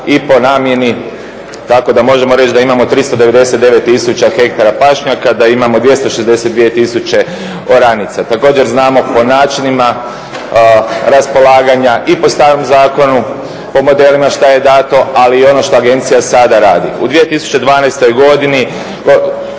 i po namjeni tako da možemo reći da imamo 399000 ha pašnjaka, da imamo 262000 oranica. Također znamo po načinima raspolaganja i po starom zakonu, po modelima šta je dato, ali i ono što agencija sada radi. U 2012. godini